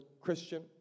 Christian